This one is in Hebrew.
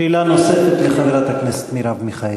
שאלה נוספת לחברת הכנסת מרב מיכאלי.